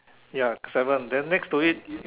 ya seven then next to it